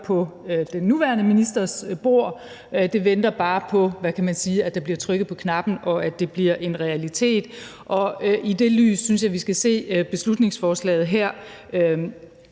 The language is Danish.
på den nuværende ministers bord; det venter bare på, hvad kan man sige, at der bliver trykket på knappen, og at det bliver en realitet, og i det lys synes jeg vi skal se beslutningsforslaget her.